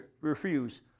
refuse